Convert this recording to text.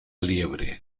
liebre